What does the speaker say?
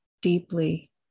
deeply